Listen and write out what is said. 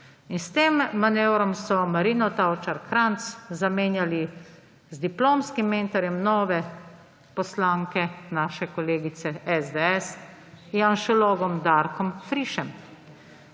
In s tem manevrom so Marino Tavčar Kranjc zamenjali z diplomskim mentorjem nove poslanke, naše kolegice iz SDS, janšologom Darkom Frišem.